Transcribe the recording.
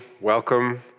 welcome